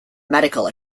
medical